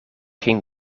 geen